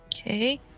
okay